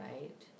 right